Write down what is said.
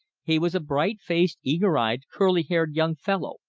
he was a bright-faced, eager-eyed, curly-haired young fellow,